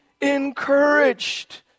encouraged